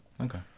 Okay